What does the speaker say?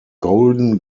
golden